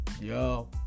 Yo